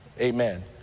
Amen